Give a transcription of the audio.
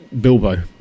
Bilbo